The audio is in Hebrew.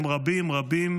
הם רבים רבים,